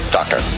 Doctor